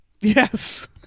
yes